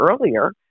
earlier